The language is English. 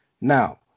Now